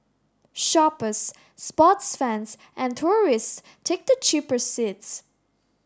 shoppers sports fans and tourists take the cheaper seats